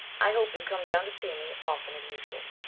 i hope you'll come down to see me often as usual.